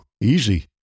Easy